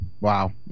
Wow